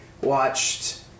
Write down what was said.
watched